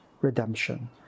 redemption